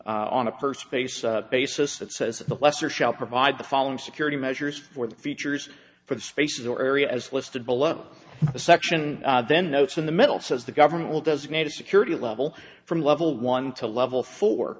to on a per space basis that says the lesser shall provide the following security measures for the features for the spaces or area as listed below the section then notes in the middle says the government will designate a security level from level one to level fo